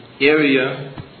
area